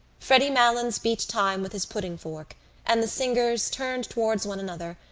freddy malins beat time with his pudding-fork and the singers turned towards one another,